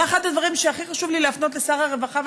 זה אחד הדברים שהכי חשוב לי להפנות לשר הרווחה,